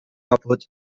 kaputt